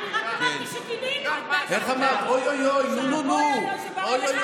תשאל את חברת הכנסת אורנה ברביבאי, כשאמרתי לה